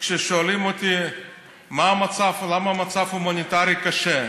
כששואלים אותי מה המצב, למה המצב ההומניטרי קשה: